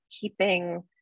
keeping